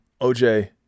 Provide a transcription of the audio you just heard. OJ